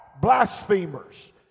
blasphemers